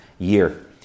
year